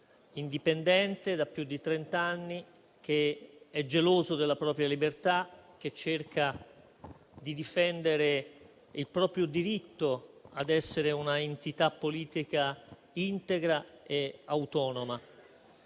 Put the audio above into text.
indipendente da più di trent'anni, geloso della propria libertà e che cerca di difendere il proprio diritto ad essere un'entità politica integra e autonoma.